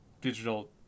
digital